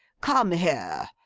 come here.